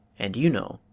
and you know,